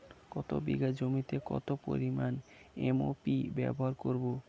এক বিঘা জমিতে কত পরিমান এম.ও.পি ব্যবহার করব?